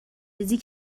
ریزی